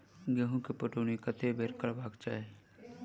गेंहूँ केँ पटौनी कत्ते बेर करबाक चाहि?